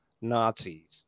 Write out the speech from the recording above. Nazis